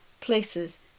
places